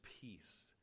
peace